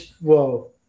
Whoa